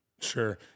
Sure